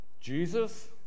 Jesus